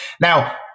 Now